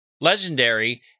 legendary